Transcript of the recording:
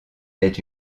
est